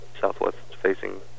southwest-facing